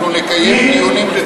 אנחנו נקיים דיונים רציניים,